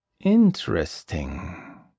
Interesting